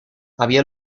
había